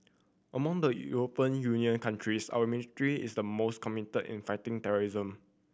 among the European Union countries our military is the most committed in fighting terrorism